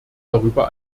darüber